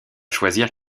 choisir